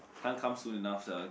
can't come soon enough sia